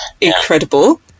incredible